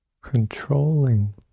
controlling